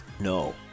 No